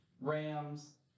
Rams